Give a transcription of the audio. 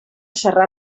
xarrar